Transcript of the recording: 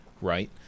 right